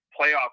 playoff